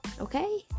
Okay